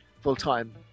full-time